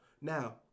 now